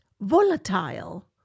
volatile